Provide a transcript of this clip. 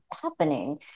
happening